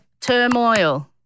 turmoil